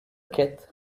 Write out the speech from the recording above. cat